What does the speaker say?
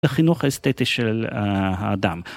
חינוך אסתטי של האדם.